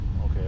Okay